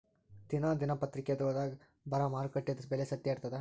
ದಿನಾ ದಿನಪತ್ರಿಕಾದೊಳಾಗ ಬರಾ ಮಾರುಕಟ್ಟೆದು ಬೆಲೆ ಸತ್ಯ ಇರ್ತಾದಾ?